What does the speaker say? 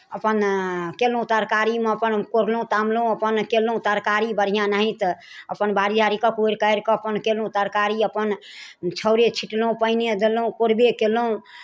अपन कयलहुँ तरकारीमे अपन कोरलहुँ तामलहुँ अपन कयलहुँ तऽ तरकारी बढ़िआँ नाहित अपन बाड़ी झाड़ीकेँ कोरि कारि कऽ अपन कयलहुँ तरकारी अपन छाउरे छीँटलहुँ पानिए देलहुँ कोरबे कयलहुँ